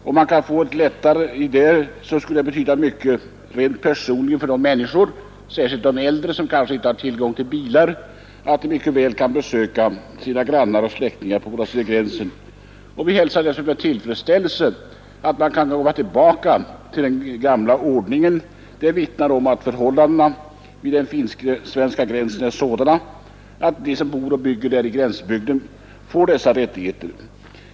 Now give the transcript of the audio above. Om man kunde få en lättnad i detta skulle det betyda mycket rent personligt för många människor — särskilt de äldre — som kanske inte har tillgång till bil; man skulle få mycket större möjligheter att besöka sina grannar och släktingar på båda sidor om gränsen. Vi hälsar därför med tillfredsställelse att man kan komma tillbaka till den gamla ordningen. Det vittnar om att förhållandena vid den finsk-svenska gränsen är sådana att de som bor och bygger där får dessa rättigheter.